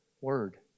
Word